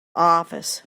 office